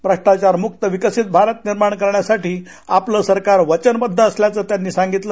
भ्रष्टाचार मुक्त विकसित भारत निर्माण करण्यासाठी आपलं सरकार वचनबद्द असल्याचं त्यांनी यावेळी सांगितलं